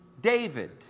David